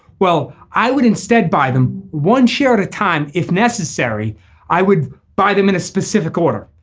well i would instead buy them one share at a time if necessary i would buy them in a specific order.